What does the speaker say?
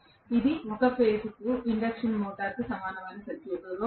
మరియు ఇది ఒకఫేజ్కు ఇండక్షన్ మోటార్ సమానమైన సర్క్యూట్